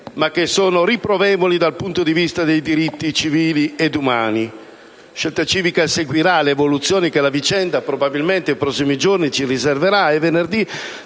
ma che sono riprovevoli dal punto di vista dei diritti civili ed umani. Scelta Civica seguirà l'evoluzione che la vicenda probabilmente avrà nei prossimi giorni e venerdì